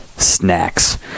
Snacks